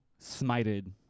smited